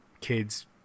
kids